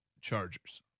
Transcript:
Chargers